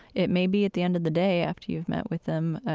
it may be at the end of the day after you've met with them,